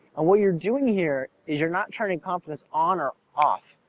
and what you're doing here is you're not turning confidence on or off,